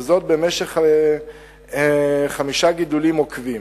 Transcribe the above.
וזאת במשך חמישה גידולים עוקבים.